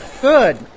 Good